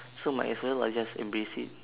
so might as well I just embrace it